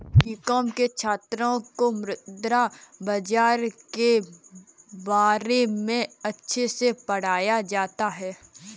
BCom के छात्रों को मुद्रा बाजार के बारे में अच्छे से पढ़ाया जाता है